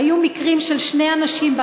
היו שני מקרים,